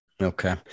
Okay